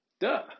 duh